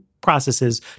processes